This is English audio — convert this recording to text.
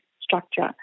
structure